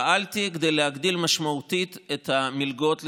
ופעלתי כדי להגדיל משמעותית את המלגות לסטודנטים.